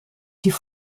die